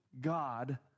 God